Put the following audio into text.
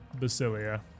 Basilia